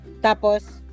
tapos